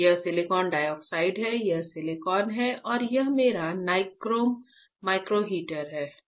यह silicon dioxide है यह सिलिकॉन है और यह मेरा नाइक्रोम माइक्रो हीटर है